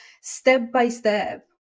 step-by-step